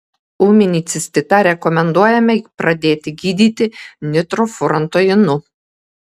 ūminį cistitą rekomenduojame pradėti gydyti nitrofurantoinu